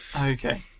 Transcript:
Okay